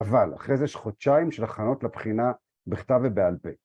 אבל אחרי זה יש חודשיים של הכנות לבחינה בכתב ובעל פה